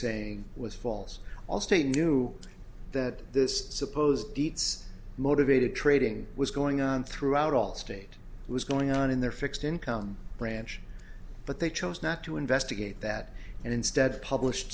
saying was false all state knew that this supposed deets motivated trading was going on throughout all state was going on in their fixed income branch but they chose not to investigate that and instead published